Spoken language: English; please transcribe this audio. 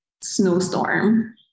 snowstorm